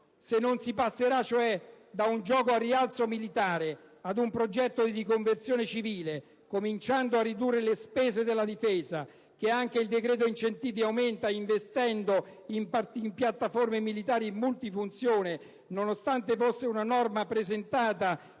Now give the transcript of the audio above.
Se non si passerà cioè da un gioco al rialzo militare ad un progetto di riconversione civile cominciando a ridurre le spese della Difesa, che anche il decreto incentivi aumenta, investendo in piattaforme militari multifunzione (nonostante fosse una norma presentata